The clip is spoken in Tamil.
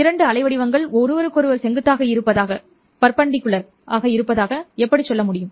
இரண்டு அலைவடிவங்கள் ஒருவருக்கொருவர் செங்குத்தாக இருப்பதாக நான் எப்படி சொல்வது